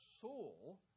soul